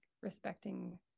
respecting